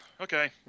Okay